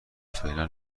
فعلا